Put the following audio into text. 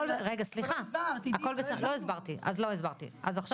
אבל אם זה סכום אפס- -- רגע סליחה.